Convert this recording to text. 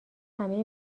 همه